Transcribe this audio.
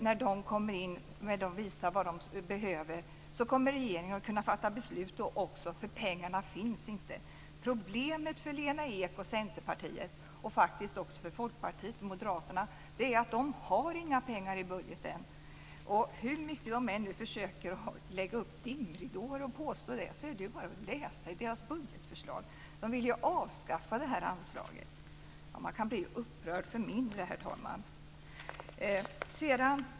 När de visar vad de behöver kommer regeringen att kunna fatta beslut om det också. Problemet för Lena Ek och Centerpartiet och faktiskt också för Folkpartiet och Moderaterna är att de inte har några pengar i budgeten, hur mycket de än försöker att lägga ut dimridåer och påstå det. Det är ju bara att läsa i deras budgetförslag. De vill ju avskaffa det här anslaget. Man kan bli upprörd för mindre, herr talman!